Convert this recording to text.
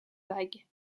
vague